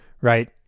Right